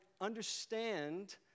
understand